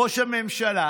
ראש הממשלה